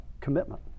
commitment